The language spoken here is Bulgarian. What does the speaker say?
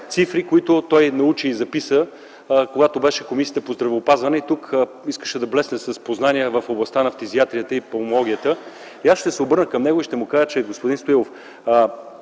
цифри, които той научи и записа, когато беше в Комисията по здравеопазването, и тук искаше да блесне с познания в областта на фтизиатрията и пулмологията. Ще се обърна към него и ще му кажа: господин Стоилов,